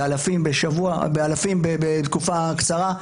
אלפים בתקופה קצרה,